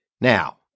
Now